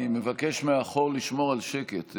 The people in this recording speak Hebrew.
אני מבקש מאחור לשמור על שקט,